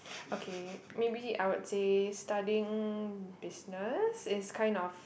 okay maybe I would say studying business is kind of